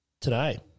today